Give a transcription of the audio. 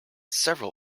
several